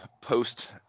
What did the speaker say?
post